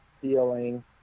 feeling